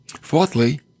Fourthly